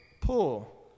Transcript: pull